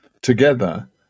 together